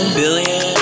billion